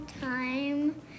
time